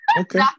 Okay